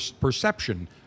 perception